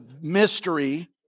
mystery